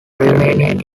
remaining